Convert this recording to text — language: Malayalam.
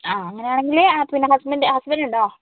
ആ അങ്ങനെ ആണെങ്കിൽ പിന്നെ ഹസ്ബൻ്റ് ഹസ്ബൻ്റ് ഉണ്ടോ